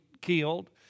killed